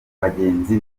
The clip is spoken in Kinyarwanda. bagenzi